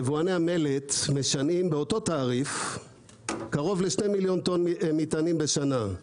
יבואני המלט משנעים באותו תעריף קרוב לשני מיליון טון מטענים בשנה.